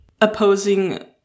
opposing